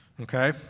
Okay